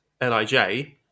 Lij